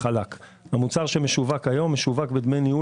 המוצר שמשווק היום משווק בדמי ניהול